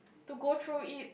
to go through it